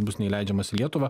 bus neįleidžiamas į lietuvą